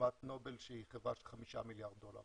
לעומת נובל שהיא חברה של 5 מיליארד דולר,